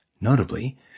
Notably